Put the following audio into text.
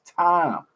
time